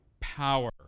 power